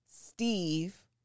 Steve